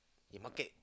the market